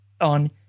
on